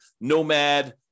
Nomad